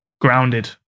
grounded